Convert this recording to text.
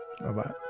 Bye-bye